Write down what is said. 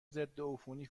ضدعفونی